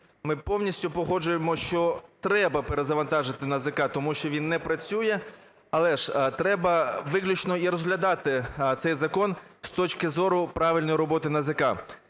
Ми повністю погоджуємося, що треба перезавантажити НАЗК, тому що він не працює. Але ж треба виключно і розглядати цей закон з точки зору правильної роботи НАЗК.